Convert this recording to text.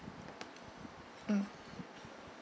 mm